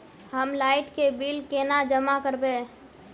हम लाइट के बिल केना जमा करबे?